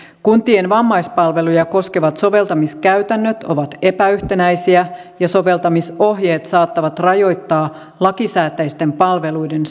kuntien vammaispalveluja koskevat soveltamiskäytännöt ovat epäyhtenäisiä ja soveltamisohjeet saattavat rajoittaa lakisääteisten palveluiden